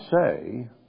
say